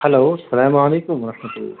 hello السلام علیکم ورحمۃ اللہ